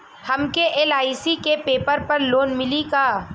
हमके एल.आई.सी के पेपर पर लोन मिली का?